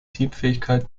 teamfähigkeit